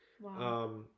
Wow